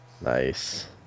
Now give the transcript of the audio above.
Nice